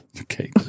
Okay